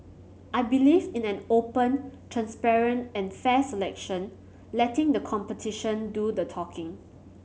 I believe in an open transparent and fair selection letting the competition do the talking